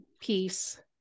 peace